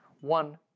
One